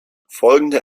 folgende